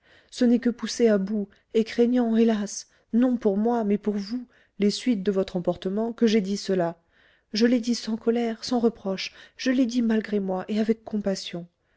ce n'est que poussé à bout et craignant hélas non pour moi mais pour vous les suites de votre emportement que j'ai dit cela je l'ai dit sans colère sans reproche je l'ai dit malgré moi et avec compassion